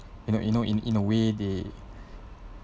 you know you know in in a way they